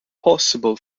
possible